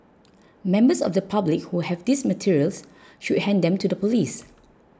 members of the public who have these materials should hand them to the police